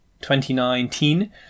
2019